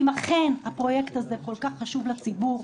אם אכן הפרויקט הזה כל כך חשוב לציבור,